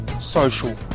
social